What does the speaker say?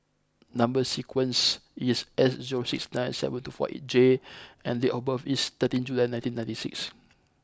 number sequence is S zero six nine seven two four right J and date of birth is thirteenth July nineteen ninety six